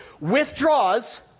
withdraws